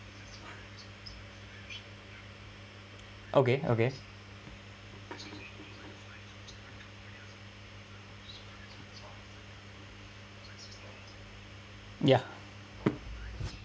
okay okay ya